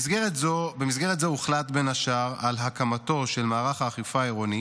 במסגרת זו הוחלט בין השאר על הקמתו של מערך אכיפה עירוני